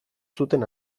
zuten